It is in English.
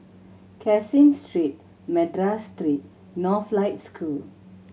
Caseen Street Madras Street Northlight School